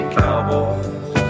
cowboys